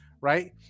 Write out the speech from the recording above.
right